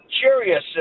curious